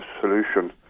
solution